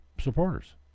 supporters